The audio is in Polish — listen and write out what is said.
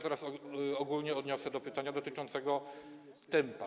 Teraz ogólnie odniosę się do pytania dotyczącego tempa.